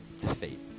defeat